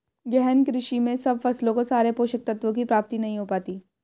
गहन कृषि में सब फसलों को सारे पोषक तत्वों की प्राप्ति नहीं हो पाती